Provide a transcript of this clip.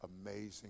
amazing